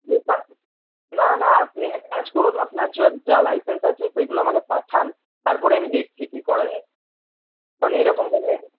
ক্রেতা না না আপনি এক কাজ করুন আপনার যা লাইসেন্স আছে সেইগুলো আমাকে পাঠান তারপরে আমি দেখছি কি করা যায় কারণ এরকমভাবে